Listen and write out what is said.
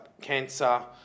cancer